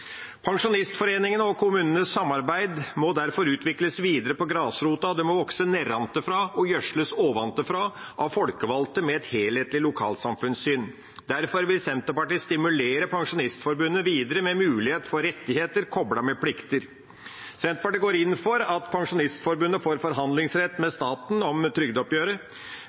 og kommunenes samarbeid må derfor utvikles videre på grasrota, og det må vokse nedenfra og gjødsles ovenfra, av folkevalgte med et helhetlig lokalsamfunnssyn. Derfor vil Senterpartiet stimulere Pensjonistforbundet videre med mulighet for rettigheter koblet med plikter. Senterpartiet går inn for at Pensjonistforbundet får forhandlingsrett med staten om trygdeoppgjøret.